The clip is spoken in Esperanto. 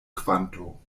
kvanto